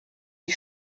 die